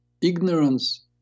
ignorance